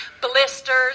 blisters